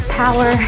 power